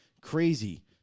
crazy